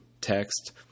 text